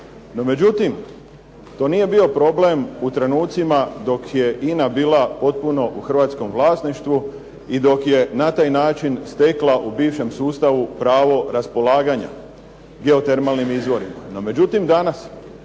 međutim, to nije bio problem u trenucima dok je INA bila potpuno u hrvatskom vlasništvu i dok je na taj način stekla u bivšem sustavu pravo raspolaganja geotermalnim izvorima.